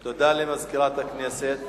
תודה למזכירת הכנסת.